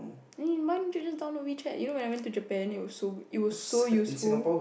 then why don't you just download WeChat you know when I went to Japan it was so good it was so useful